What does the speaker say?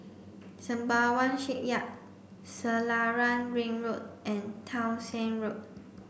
Sembawang Shipyard Selarang Ring Road and Townshend Road